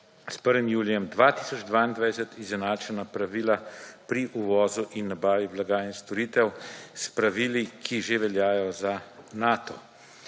s 1. julijem 2022, izenačena pravila pri uvozu in nabavi blaga in storitev, s pravili, ki že veljajo za NATO.